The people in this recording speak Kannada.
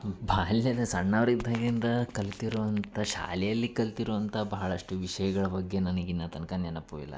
ಬಾಲ್ಯದ ಸಣ್ಣವರಿದ್ದಾಗಿಂದ ಕಲಿತಿರುವಂಥ ಶಾಲೆಯಲ್ಲಿ ಕಲಿತಿರುವಂಥ ಬಹಳಷ್ಟು ವಿಷಯಗಳ ಬಗ್ಗೆ ನನ್ಗೆ ಇನ್ನು ತನಕ ನೆನಪು ಇಲ್ಲ